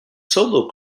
solo